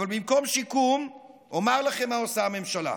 אבל במקום שיקום, אומר לכם מה עושה הממשלה: